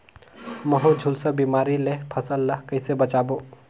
महू, झुलसा बिमारी ले फसल ल कइसे बचाबो?